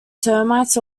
termites